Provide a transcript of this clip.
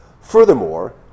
Furthermore